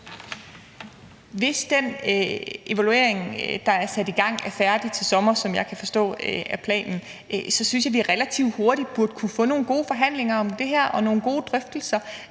Hvis den evaluering, der er sat i gang, er færdig til sommer, hvilket jeg kan forstå er planen, så synes jeg, at vi relativt hurtigt burde kunne få nogle gode forhandlinger og nogle gode drøftelser